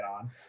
on